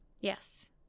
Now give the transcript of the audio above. Yes